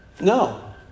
No